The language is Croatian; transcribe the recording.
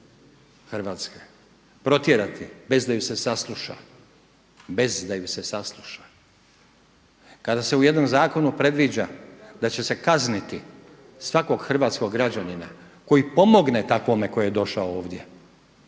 Hrvatske protjerati bez da ju se sasluša, kada se u jednom zakonu predviđa da će se kazniti svakog hrvatsko građanina koji pomogne takvome koji je došao ovdje,